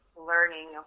learning